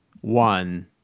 one